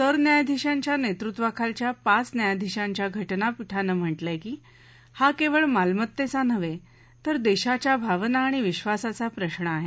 सरन्यायाधीशांच्या नेतृत्वाखालच्या पाच न्यायाधीशांच्या घटनापीठानं म्हटलंय की हा केवळ मालमत्तेचा नव्हे तर देशाच्या भावना आणि विक्वासाचा प्रश्न आहे